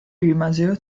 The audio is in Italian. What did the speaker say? rimasero